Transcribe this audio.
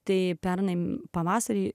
tai pernai pavasarį